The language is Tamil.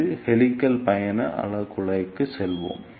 இப்போது ஹெலிக்ஸ் பயண அலைக் குழாய்க்கு செல்வோம்